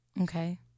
Okay